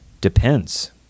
Depends